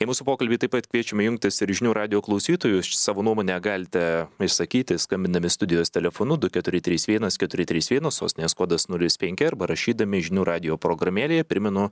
į mūsų pokalbį taip pat kviečiame jungtis ir žinių radijo klausytojus savo nuomonę galite išsakyti skambindami studijos telefonu du keturi trys vienas keturi trys vienas sostinės kodas nulis penki arba rašydami žinių radijo programėlėje primenu